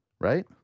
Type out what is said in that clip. Right